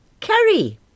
Curry